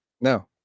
No